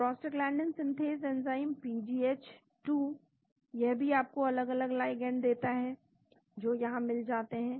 prostaglandin synthase enzyme PGH 2 यह भी आपको अलग अलग लिगैंड देता है जो यहां मिल जाते हैं